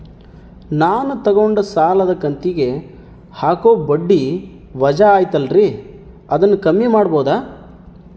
ನಾನು ತಗೊಂಡ ಸಾಲದ ಕಂತಿಗೆ ಹಾಕೋ ಬಡ್ಡಿ ವಜಾ ಐತಲ್ರಿ ಅದನ್ನ ಕಮ್ಮಿ ಮಾಡಕೋಬಹುದಾ?